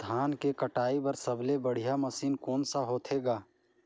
धान के कटाई बर सबले बढ़िया मशीन कोन सा होथे ग?